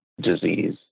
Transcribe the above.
disease